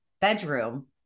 bedroom